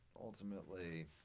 ultimately